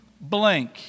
blank